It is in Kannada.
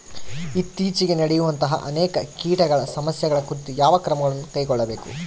ಇತ್ತೇಚಿಗೆ ನಡೆಯುವಂತಹ ಅನೇಕ ಕೇಟಗಳ ಸಮಸ್ಯೆಗಳ ಕುರಿತು ಯಾವ ಕ್ರಮಗಳನ್ನು ಕೈಗೊಳ್ಳಬೇಕು?